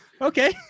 okay